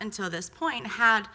until this point had